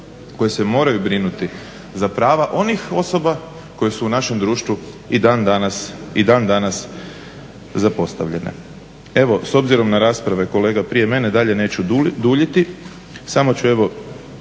koji se moraju brinuti za prava onih osoba koje su u našem društvu i dan danas zapostavljene. Evo, s obzirom na rasprave kolega prije mene, dalje neću duljiti, samo ću